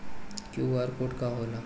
QR code का होला?